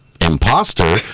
imposter